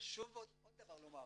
חשוב לומר עוד דבר,